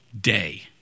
day